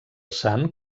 sant